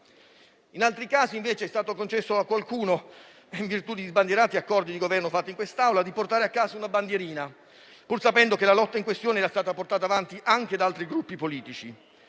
In altri casi, invece, è stato concesso a qualcuno, in virtù di sbandierati accordi di Governo fatti in quest'Aula, di portare a casa una bandierina, pur sapendo che la lotta in questione era stata portata avanti anche da altri Gruppi politici.